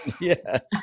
Yes